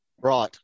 Right